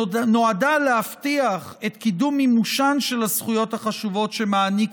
שנועדה להבטיח את קידום מימושן של הזכויות החשובות שמעניק